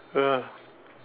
ya